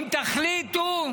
אם תחליטו,